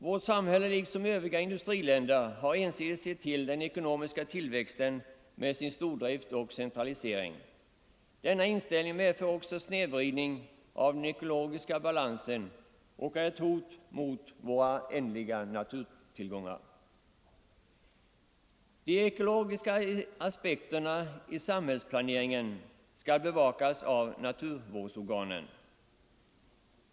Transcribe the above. Vårt samhälle har liksom övriga industriländer ensidigt sett till den ekonomiska tillväxten med sin stordrift och centralisering. Denna inställning medför också en snedvridning av den ekologiska balansen och är ett hot mot våra ändliga naturtillgångar. De ekologiska aspekterna på samhällsplaneringen skall bevakas av naturvårdsorganen.